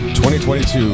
2022